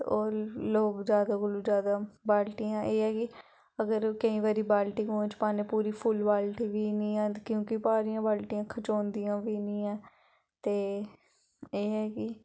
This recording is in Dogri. होर लोक जादा कोलू जादा कोला बाल्टियां एह् ऐ कि अगर केईं बारी बाल्टी कुऐं च पाने पूरी फुल बाल्टी बी निं आंदी क्योंकि भारियां बाल्टियां खचोंदियां बी निं ऐ ते एह् ऐ कि